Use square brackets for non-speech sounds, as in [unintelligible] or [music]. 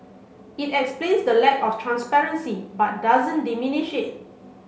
it explains the lack of transparency but doesn't diminish [unintelligible]